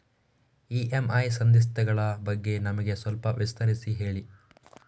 EMI ಸಂಧಿಸ್ತ ಗಳ ಬಗ್ಗೆ ನಮಗೆ ಸ್ವಲ್ಪ ವಿಸ್ತರಿಸಿ ಹೇಳಿ